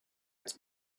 its